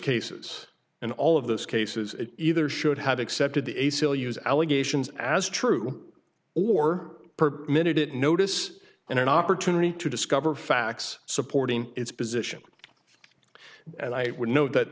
cases in all of those cases it either should have accepted the a c l u s allegations as true or per minute it notice and an opportunity to discover facts supporting its position and i would note that